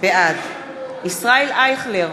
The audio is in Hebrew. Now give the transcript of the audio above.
בעד ישראל אייכלר,